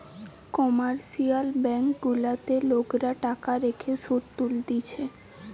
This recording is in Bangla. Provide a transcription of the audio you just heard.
কমার্শিয়াল ব্যাঙ্ক গুলাতে লোকরা টাকা রেখে শুধ তুলতিছে